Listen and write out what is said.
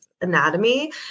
anatomy